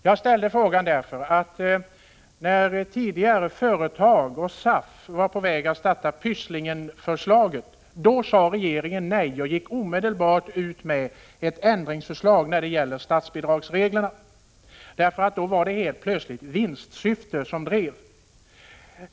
Jag ställde emellertid frågan därför att tidigare, när olika företag och SAF var på väg att starta Pysslingen, så sade regeringen nej och gick omedelbart ut med ett ändringsförslag i fråga om statsbidragsreglerna. Då var det nämligen vinstsyftet som drev.